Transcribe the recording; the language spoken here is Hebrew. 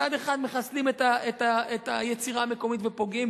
מצד אחד מחסלים את היצירה המקומית ופוגעים